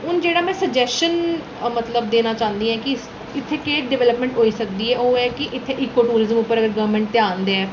हून जेह्ड़ा में सजैशन मतलब देना चांह्दी आं कि इत्थै केह् डैवलपमैंट होई सकदी ओह् ऐ कि इत्थै इकोटूरिजम उप्पर अगर गौरमैंट ध्यान देऐ